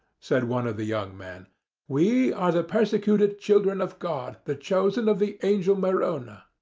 said one of the young men we are the persecuted children of god the chosen of the angel merona.